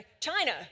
China